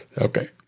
Okay